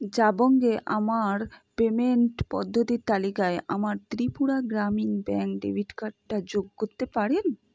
জাবং এ আমার পেমেন্ট পদ্ধতির তালিকায় আমার ত্রিপুরা গ্রামীণ ব্যাঙ্ক ডেবিট কার্ডটা যোগ করতে পারেন